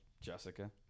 Jessica